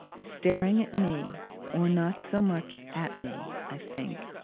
staring at me or not so much at me, i think,